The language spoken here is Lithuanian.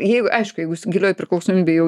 jeigu aišku jeigu jis gilioj priklausomybėj jau